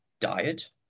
diet